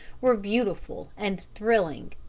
were beautiful and thrilling.